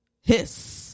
hiss